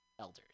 elders